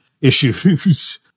issues